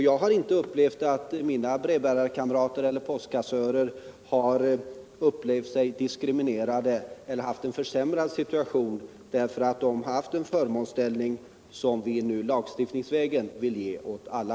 Jag har inte upplevt att mina brevbärarkamrater eller postkassörer känt sig diskriminerade eller ansett sig ha en försämrad situation därför att de haft förmåner som vi nu lagstiftningsvägen vill ge åt alla.